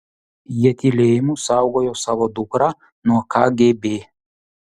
jie tylėjimu saugojo savo dukrą nuo kgb